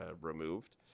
removed